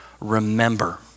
Remember